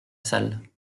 salle